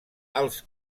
alts